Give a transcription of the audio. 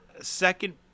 Second